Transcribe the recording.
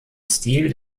stil